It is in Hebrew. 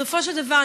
בסופו של דבר,